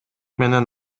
менен